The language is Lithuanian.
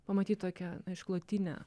pamatyt tokią išklotinę